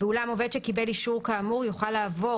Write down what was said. ואולם עובד שקיבל אישור כאמור יוכל לעבור